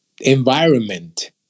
environment